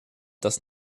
das